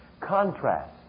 Contrast